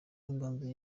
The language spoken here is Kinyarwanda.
inganzo